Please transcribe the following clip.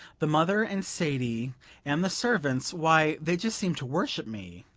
the mother and sadie and the servants why, they just seemed to worship me.